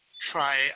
try